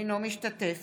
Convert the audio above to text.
אינו משתתף